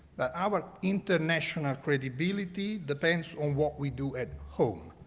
but our international credibility depends on what we do at home.